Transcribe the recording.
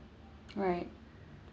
right